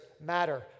matter